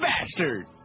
Bastard